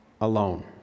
alone